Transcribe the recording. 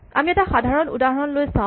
আমি এটা সাধাৰণ উদাহৰণ লৈ চাওঁ